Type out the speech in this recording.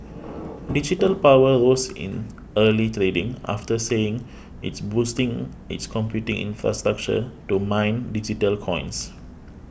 Digital Power rose in early trading after saying it's boosting its computing infrastructure to mine digital coins